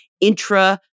intra